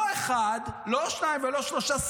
לא אחד ולא שניים ולא שלושה שרים,